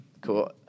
Cool